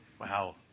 Wow